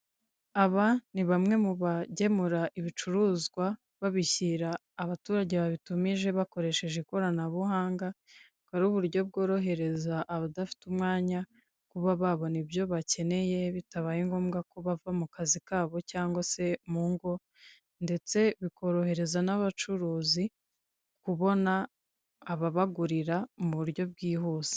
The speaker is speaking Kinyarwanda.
Bamwe mu bagemura ibicuruzwa babishyira abaturage babitumije bakoresheje ikoranabuhanga, akaba ari uburyo bworohereza abadafite umwanya kuba babona ibyo bakeneye bitabaye ngombwa ko bava mu kazi kabo cyangwa se mu ngo, ndetse bikorohereza n'abacuruzi kubona ababagurira mu buryo bwihuse.